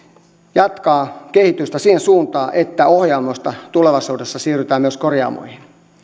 jatkaa kehitystä siihen suuntaan että ohjaamoista tulevaisuudessa siirrytään myös korjaamoihin